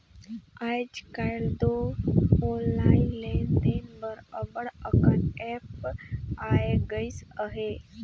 आएज काएल दो ऑनलाईन लेन देन बर अब्बड़ अकन ऐप आए गइस अहे